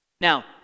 Now